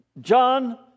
John